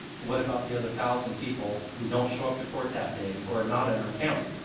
what about the other thousand people who don't show up to court that day or are not in our county?